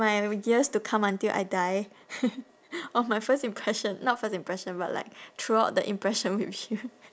my years to come until I die of my first impression not first impression but like throughout the impression with you